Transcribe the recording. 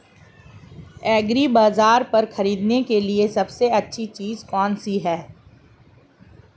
एग्रीबाज़ार पर खरीदने के लिए सबसे अच्छी चीज़ कौनसी है?